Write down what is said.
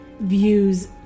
views